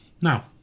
Now